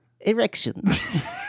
Erections